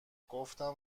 گفتم